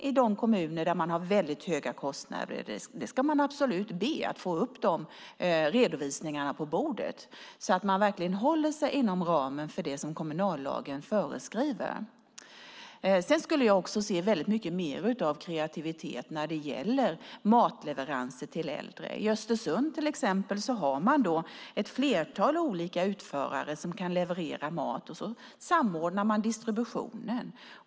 I de kommuner där det är höga kostnader ska man absolut be att få upp redovisningarna på bordet, så att kommunen verkligen håller sig inom ramen för det kommunallagen föreskriver. Jag skulle vilja ser mer av kreativitet när det gäller matleveranser till äldre. I Östersund finns ett flertal utförare som kan leverera mat, och sedan samordnas distributionen.